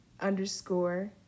underscore